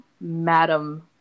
Madam